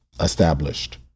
established